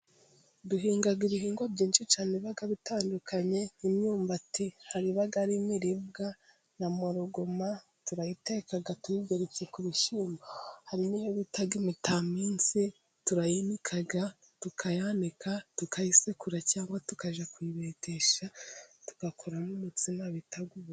Duhinga ibihingwa byinshi cyane biba bitandukanye nk'imyumbati , hari iba imiribwa na mporugoma. Turayiteka, tuyigeretse ku bishyimbo. Hari n'iyo bita imitamisi turayinika , tukayanika , tukayisekura , cyangwa tukajya kuyibetesha tugakuramo umutsima bita ubugari.